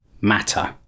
matter